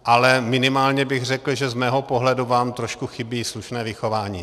Ale minimálně bych řekl, že z mého pohledu vám trošku chybí slušné vychování.